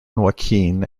joaquin